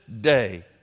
day